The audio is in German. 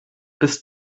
bis